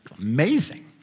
amazing